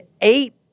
eight